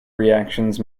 reactions